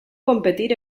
competir